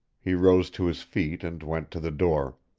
he rose to his feet and went to the door.